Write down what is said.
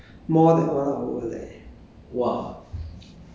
ha four minutes 不是 ah I think for